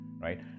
right